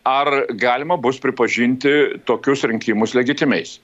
ar galima bus pripažinti tokius rinkimus legitimiais